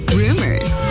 rumors